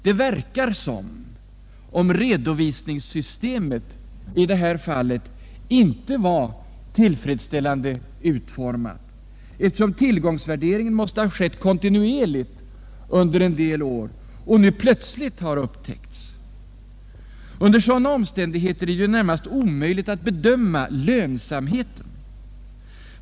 Det verkar som om redovisningssystemet i detta fall icke är tillfredsställande utformat, eftersom tillgångsvärderingen måste ha skett kontinuerligt under en del år och nu plötsligt har upptäckts. Under sådana omständigheter är det ju närmast omöjligt att bedöma lönsamheten.